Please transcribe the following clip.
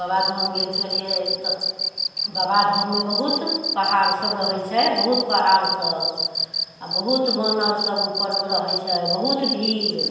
बाबा धाम गेल छलियै तऽ बाबा धाममे बहुत पहाड़ सभ रहैत छै बहुत पहाड़ सभ आ बहुत वानर सभ ऊपरमे रहैत छै बहुत भीड़